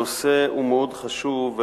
הנושא הוא מאוד חשוב,